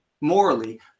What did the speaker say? morally